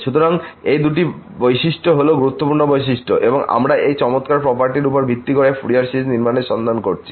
সুতরাং এই দুটি বৈশিষ্ট্য হল গুরুত্বপূর্ণ বৈশিষ্ট্য এবং আমরা এই চমৎকার প্রপার্টির উপর ভিত্তি করে ফুরিয়ার সিরিজ নির্মাণের সন্ধান করছি